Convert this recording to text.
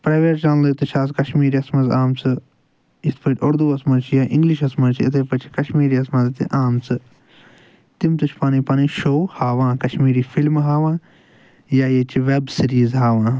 private چنلہٕ تہِ چھِ آز کشمیٖرٮ۪س منٛز آمژٕ یتھ پٲٹھۍ اردوس منٛز چھِ یا انگلِشس منٛز چھِ یتھے پٲٹھۍ چھِ کشمیٖرٮ۪س منٛز تہ آمژٕ تِم تہِ چھِ پنٕنۍ پنٕنۍ شو ہاوان کشمیٖری فلمہٕ ہاوان یا ییٚتہِ چہٕ ویب سیٖریٖز ہاوان